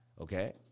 okay